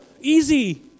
Easy